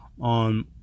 on